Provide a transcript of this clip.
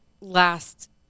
last